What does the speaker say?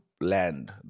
land